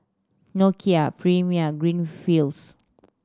Nokia Premier Greenfields